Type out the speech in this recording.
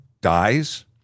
dies